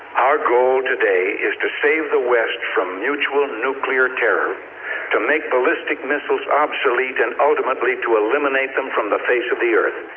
our goal today is to save the west from mutual nuclear terror to make ballistic missiles obsolete and ultimately to eliminate them from the face of the earth.